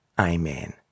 Amen